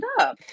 up